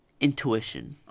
intuition